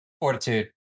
Fortitude